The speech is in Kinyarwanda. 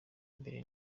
mbere